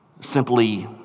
simply